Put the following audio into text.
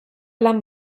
lan